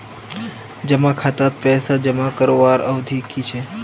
जमा खातात पैसा जमा करवार अवधि की छे?